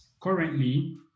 currently